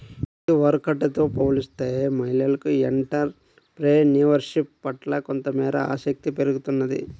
ఇదివరకటితో పోలిస్తే మహిళలకు ఎంటర్ ప్రెన్యూర్షిప్ పట్ల కొంతమేరకు ఆసక్తి పెరుగుతున్నది